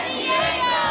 Diego